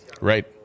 right